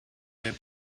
were